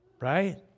Right